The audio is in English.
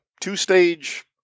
two-stage